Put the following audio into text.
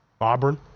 Auburn